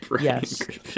yes